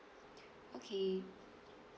okay